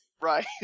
Right